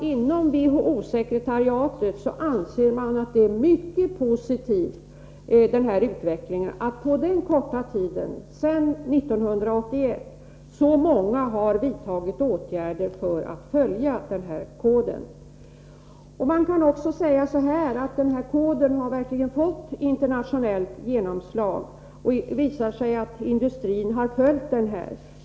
Inom WHO-sekretariatet anser man utvecklingen vara mycket positiv då så många, på den korta tiden sedan 1981, har vidtagit åtgärder för att följa denna kod. Man kan verkligen säga att koden har fått internationellt genomslag. Det visar sig att industrin har följt den.